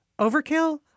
Overkill